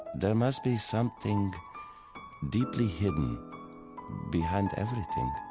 there must be something deeply hidden behind everything